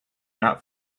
not